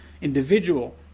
individual